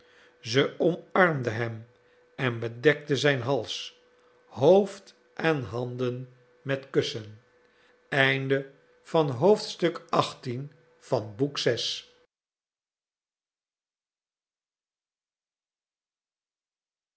zij omarmde hem en bedekte zijn hals hoofd en handen met kussen